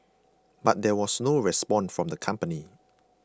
but there was no response from the company